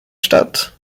statt